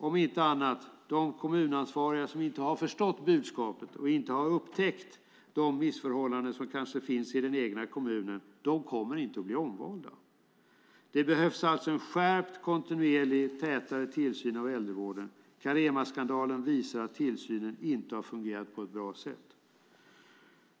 Om inte annat kommer de kommunansvariga som inte har förstått budskapet och inte upptäckt de missförhållanden som kanske finns i den egna kommunen inte att bli omvalda. Det behövs alltså en skärpt kontinuerlig och tätare tillsyn av äldrevården. Caremaskandalen visar att tillsynen inte har fungerat på ett bra sätt.